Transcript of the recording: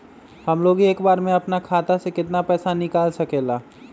हमलोग एक बार में अपना खाता से केतना पैसा निकाल सकेला?